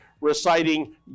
reciting